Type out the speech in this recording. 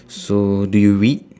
so do you read